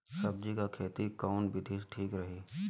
सब्जी क खेती कऊन विधि ठीक रही?